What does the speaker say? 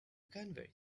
convert